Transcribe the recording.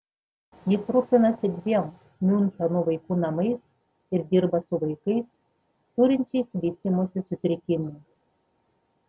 jis rūpinasi dviem miuncheno vaikų namais ir dirba su vaikais turinčiais vystymosi sutrikimų